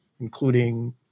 including